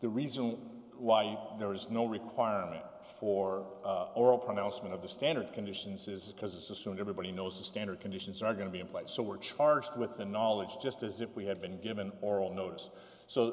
the reason why there is no requirement for oral pronouncement of the standard conditions is because it's assumed everybody knows the standard conditions are going to be in place so we're charged with the knowledge just as if we had been given oral notice so